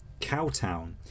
Cowtown